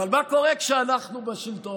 אבל מה קורה כשאנחנו בשלטון?